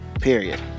period